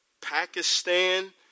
Pakistan